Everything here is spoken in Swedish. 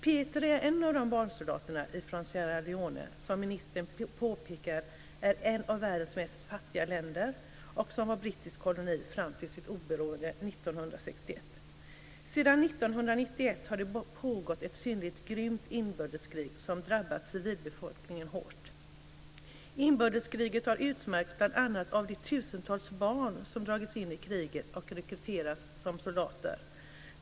Peter är en av dessa barnsoldater från Sierra Leone som, vilket ministern påpekar, är ett av världens fattigaste länder. Det var en brittisk koloni fram till sitt oberoende 1961. Sedan 1991 har det pågått ett synnerligen grymt inbördeskrig som drabbat civilbefolkningen hårt. Inbördeskriget har bl.a. utmärkts av de tusentals barn som dragits in i kriget och rekryterats som soldater.